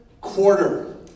quarter